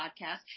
podcast